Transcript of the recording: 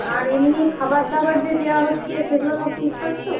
আর এমনি খাবার দাবার যে দেওয়া হচ্ছে সেগুলো সব ঠিকঠাক তো